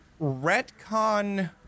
retcon